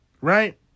Right